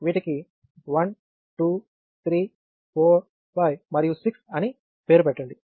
వీటికి 1 2 3 4 5 మరియు 6 అని పేరు పెట్టండి